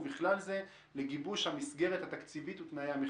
ובכלל זה לגיבוש המסגרת התקציבית ותנאי המכרז".